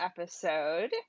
episode